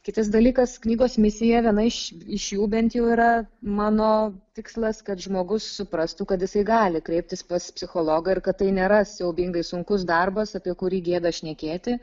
kitas dalykas knygos misija viena iš iš jų bent jau yra mano tikslas kad žmogus suprastų kad jisai gali kreiptis pas psichologą ir kad tai nėra siaubingai sunkus darbas apie kurį gėda šnekėti